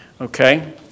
Okay